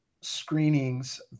screenings